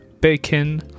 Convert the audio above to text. bacon